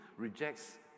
rejects